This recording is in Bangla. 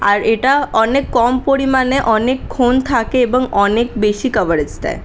আর এটা অনেক কম পরিমাণে অনেকক্ষণ থাকে এবং অনেক বেশি কভারেজ দেয়